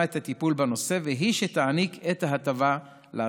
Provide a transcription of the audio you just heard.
את הטיפול בנושא והיא שתעניק את ההטבה לעסקים.